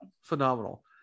Phenomenal